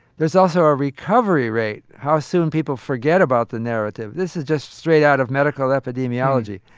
there's also a recovery rate how soon people forget about the narrative. this is just straight out of medical epidemiology.